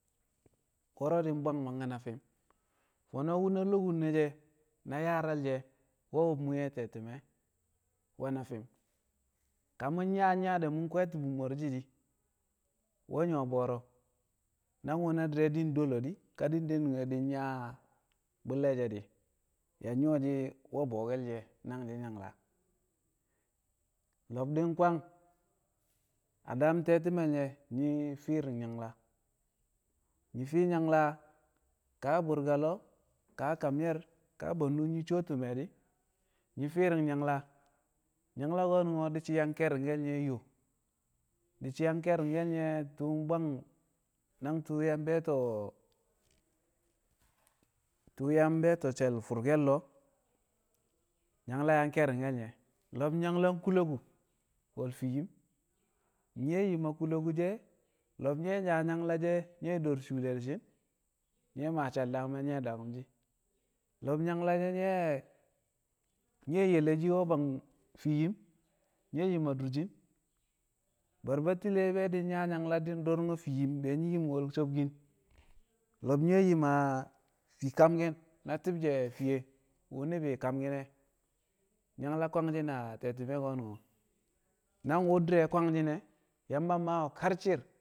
Wo̱ro̱ di̱ mangke̱ na fi̱m fo̱no̱ wu̱ na lo̱ku̱n she̱ na yaaral she̱ we̱ wu̱b mwi̱ye̱ a te̱ti̱me̱ we̱ na fi̱m ka mu̱ nyaa nyaa de̱ mu̱ kwe̱e̱ti̱ bu̱ mo̱r shi̱ di̱ we nyu̱wo̱ bo̱o̱ro̱ nangwu̱ na di̱re̱ di̱ dolo di̱ ka di̱ de nu̱nge̱ di̱ nyaa bu̱lle̱ she̱ di̱ yang nyu̱wo̱ shi̱ we̱ bo̱ke̱l she̱ nangshɪn nyangla lo̱b di̱ kwang a daam te̱ti̱me̱l nye̱ nyi̱ fi̱ nyangla nyi̱ fi̱ nyangla ka a bu̱rka lo̱o̱ ka a kam ye̱r ka bwe̱ndu̱ nyi̱ so tu̱me̱ di̱ nyi̱ fi̱ri̱ng nyangla, nyangla ko̱no̱ di̱shi̱ yang ke̱ri̱ngke̱l nye̱ yoo di̱shi̱ yang ke̱ri̱ngke̱l nye̱ tu̱u̱ bwang nang tu̱u̱ yang be̱e̱to̱ tu̱u̱ yang she̱l fu̱rke̱l lo̱o̱. Nyangla yang ke̱ri̱ngke̱l nye̱ lo̱b nyangla nku̱lo̱ku̱ wẹl fii yim nyi̱ we̱ yim a ku̱lo̱ku̱ she̱ lo̱b nyi̱ we̱ nyaa nyangla she̱ nyi̱ we̱ do̱r shuule di̱shi̱n, nyi̱ we̱ maa shẹl dagme̱, nyi̱ we̱ daku̱m shi̱ lo̱b nyangla she̱ nye̱ nyi̱ we̱ yele she̱ we̱ bwang fii yim nyi̱ we̱ yim a durshin bar Batile ko̱ nyaa nyangla di̱ ndo̱ro̱ng fii yim nyi̱ we̱ yim wẹl sobkin lo̱b nyi̱ we̱ yim a fii kamkin na ti̱bshe̱ fi̱ye̱ wu̱ ni̱bi̱ kamki̱n ne̱ nyangla kwangshi̱n a te̱ti̱me̱ ko̱ nangwu di̱re̱ kwanshi̱n ne̱ Yamba mmaa we̱ kar shi̱i̱r.